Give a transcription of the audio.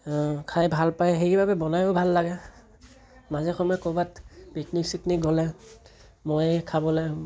খাই ভাল পায় সেইবাবে বনায়ো ভাল লাগে মাজে সময়ে ক'ৰবাত পিকনিক চিকনিক গ'লে মই খাবলৈ